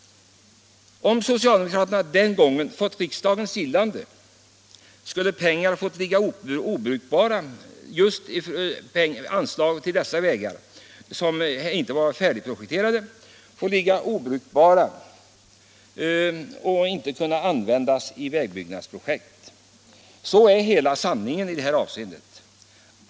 Om socialdemokraternas förslag den gången vunnit riksdagens gillande, skulle pengar ha fått ligga obrukbara; de hade inte kunnat användas i vägbyggnadsprojekt. Så är hela sanningen.